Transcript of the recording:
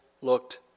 looked